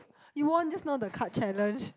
Yvonne just know the card challenge